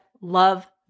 love